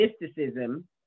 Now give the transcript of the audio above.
mysticism